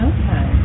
Okay